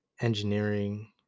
engineering